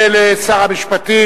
משרד התשתיות,